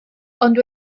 ond